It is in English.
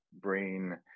brain